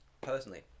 Personally